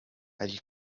ali